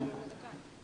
אין נאומים בני דקה.